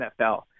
NFL